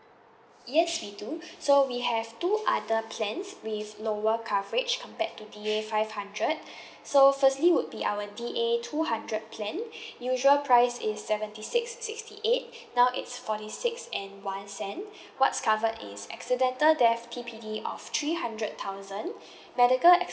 yes we so we have two other plans with lower coverage compared to D A five hundred so firstly would be our D A two hundred plan usual price is seventy six sixty eight now it's forty six and one cent what's covered is accidental death T_P_D of three hundred thousand medical